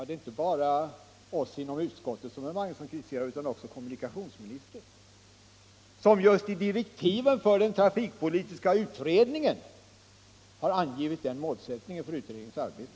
Det är inte bara utskottet som herr Magnusson kritiserar utan också kommunikationsministern, som just i direktiven för den trafikpolitiska utredningen har angivit den målsättningen för utredningens arbete.